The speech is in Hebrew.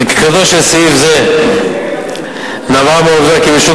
חקיקתו של סעיף זה נבעה מהעובדה כי בשוק